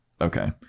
okay